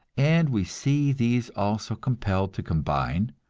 and we see these also compelled to combine,